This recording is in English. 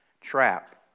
trap